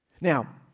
Now